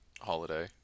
holiday